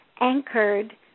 anchored